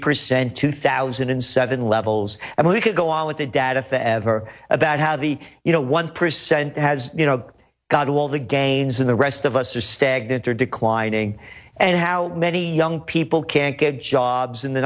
percent two thousand and seven levels and i could go on with that data for ever about how the you know one percent has you know got all the gains in the rest of us are stagnant or declining and how many young people can't get jobs in the